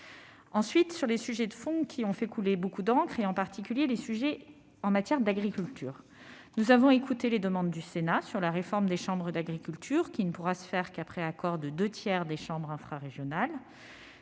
maintenant aux sujets de fond qui ont fait couler beaucoup d'encre, en particulier les sujets relatifs à l'agriculture. Nous avons écouté les demandes du Sénat sur la réforme des chambres d'agriculture de région, qui ne pourra se faire qu'après accord de deux tiers des chambres infrarégionales.